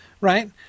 right